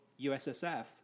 USSF